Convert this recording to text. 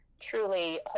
truly